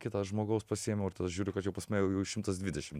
kito žmogaus pasiėmiau ir tada žiūriu kad jau pas mane jau šimtas dvidešim